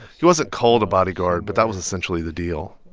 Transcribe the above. he wasn't called a bodyguard, but that was essentially the deal.